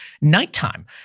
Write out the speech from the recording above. nighttime